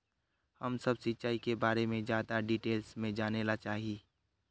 हम सब सिंचाई के बारे में ज्यादा डिटेल्स में जाने ला चाहे?